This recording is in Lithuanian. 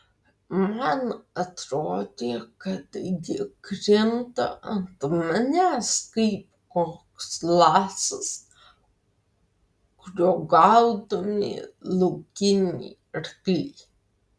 man atrodė kad ji krinta ant manęs kaip koks lasas kuriuo gaudomi laukiniai arkliai